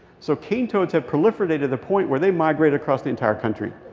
so cane toads have proliferated to the point where they migrated across the entire country.